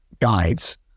guides